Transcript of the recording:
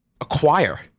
acquire